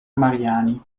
mariani